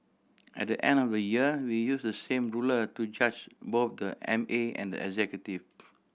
at the end of the year we use the same ruler to judge both the M A and the executive